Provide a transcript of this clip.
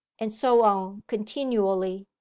and so on continually.